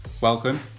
welcome